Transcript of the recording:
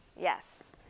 Yes